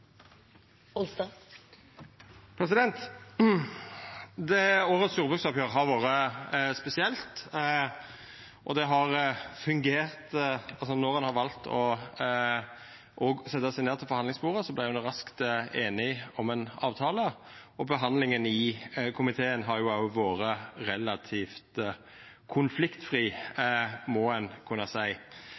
Replikkordskiftet er omme. Årets jordbruksoppgjer har vore spesielt. Då ein valde å setja seg ned ved forhandlingsbordet, vart ein raskt einig om ein avtale, og behandlinga i komiteen har også vore relativt konfliktfri, må ein kunna